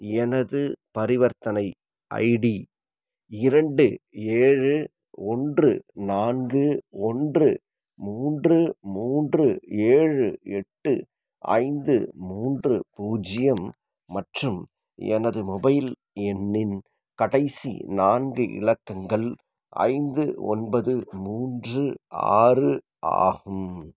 எனது பரிவர்த்தனை ஐடி இரண்டு ஏழு ஒன்று நான்கு ஒன்று மூன்று மூன்று ஏழு எட்டு ஐந்து மூன்று பூஜ்ஜியம் மற்றும் எனது மொபைல் எண்ணின் கடைசி நான்கு இலக்கங்கள் ஐந்து ஒன்பது மூன்று ஆறு ஆகும்